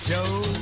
Joe